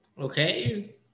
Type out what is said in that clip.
Okay